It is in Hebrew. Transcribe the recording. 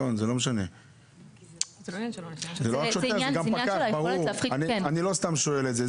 אני לא סתם שואל את זה.